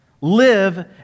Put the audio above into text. live